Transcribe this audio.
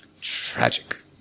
Tragic